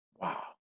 Wow